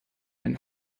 einen